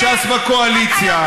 ואני שואל את חבריי אנשי הימין,